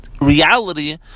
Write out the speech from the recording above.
reality